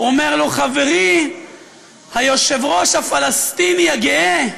הוא אומר לו: חברי היושב-ראש הפלסטיני הגאה,